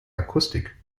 akustik